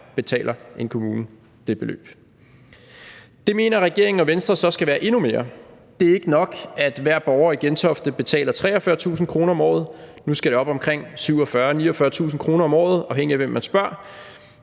betaler en kommune det beløb. Det mener regeringen og Venstre så skal være endnu mere. Det er ikke nok, at hver borger i Gentofte betaler 43.000 kr. om året. Nu skal det op omkring 47.000-49.000 kr. om året, afhængigt af hvem man spørger.